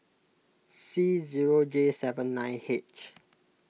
C zero J seven nine H